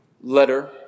letter